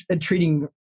treating